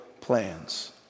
plans